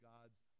God's